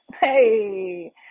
Hey